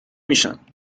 میشم